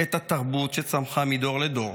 את התרבות שצמחה מדור לדור